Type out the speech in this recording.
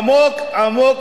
עמוק-עמוק,